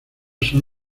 son